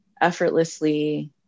effortlessly